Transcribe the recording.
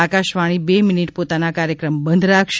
આકાશવાણી બે મિનિટ પોતાના કાર્યક્રમ બંધ રાખશે